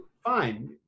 Fine